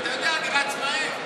אתה יודע, אני רץ מהר.